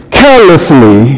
carelessly